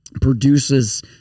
produces